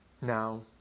Now